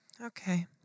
Okay